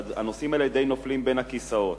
שהנושאים האלה די נופלים בין הכיסאות.